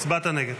הצבעת נגד.